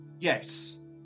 Yes